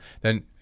then-